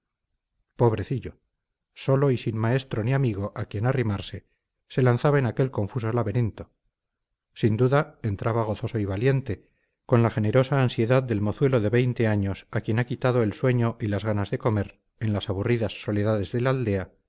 pobrecillo solo y sin maestro ni amigo a quien arrimarse se lanzaba en aquel confuso laberinto sin duda entraba gozoso y valiente con la generosa ansiedad del mozuelo de veinte años a quien ha quitado el sueño y las ganas de comer en las aburridas soledades de la aldea